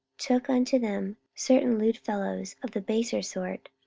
took unto them certain lewd fellows of the baser sort,